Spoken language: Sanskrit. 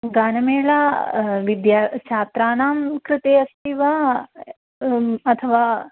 गानमेलः विद्या छात्राणां कृते अस्ति वा अथवा